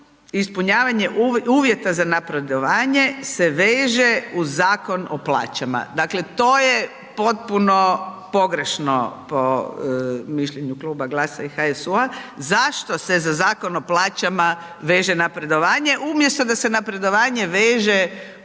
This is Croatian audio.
ispunjavanja uvjeta za napredovanje se veže uz Zakon o plaćama. Dakle, to je potpuno pogrešno po mišljenju Kluba GLAS-a i HSU-a, zašto se za Zakon o plaćama veše napredovanje, umjesto da se napredovanje veže